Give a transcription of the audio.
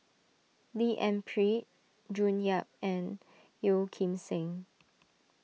D N Pritt June Yap and Yeo Kim Seng